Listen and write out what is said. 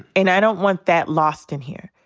and i don't want that lost in here.